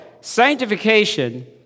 sanctification